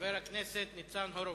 חבר הכנסת ניצן הורוביץ.